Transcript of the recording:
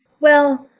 well,